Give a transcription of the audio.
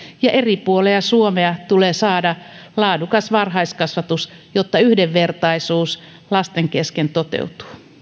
ja eri puolilla suomea tulee saada laadukas varhaiskasvatus jotta yhdenvertaisuus lasten kesken toteutuu